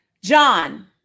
John